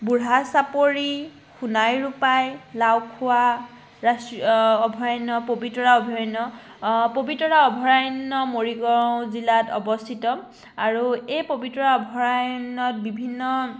বুঢ়া চাপৰি সোনাই ৰূপাই লাওখোৱা ৰাষ্ট্ৰীয় অভয়াৰণ্য পবিতৰা অভয়াৰণ্য পবিতৰা অভয়াৰণ্য মৰিগাঁও জিলাত অৱস্থিত আৰু এই পবিতৰা অভয়াৰণ্যত বিভিন্ন